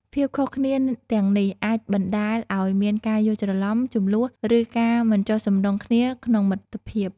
ភាពខុសគ្នាទាំងនេះអាចបណ្ដាលឱ្យមានការយល់ច្រឡំ ជម្លោះ ឬការមិនចុះសម្រុងគ្នាក្នុងមិត្តភាព ។